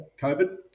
COVID